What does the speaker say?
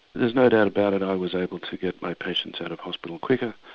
there's no doubt about it, i was able to get my patients out of hospital quicker,